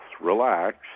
relax